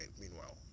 meanwhile